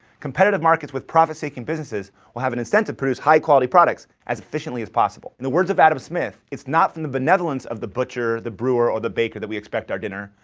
competitive markets with profit-seeking businesses will have an incentive to produce high-quality products as efficiently as possible. in the words of adam smith, it's not from the benevolence of the butcher, the brewer, or the baker that we expect our dinner,